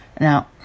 Now